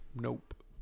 Nope